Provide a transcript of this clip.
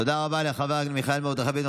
תודה רבה לחבר הכנסת מיכאל מרדכי ביטון.